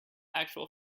actual